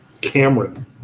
Cameron